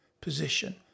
position